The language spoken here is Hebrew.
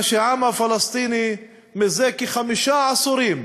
אלא העם הפלסטיני מזה כחמישה עשורים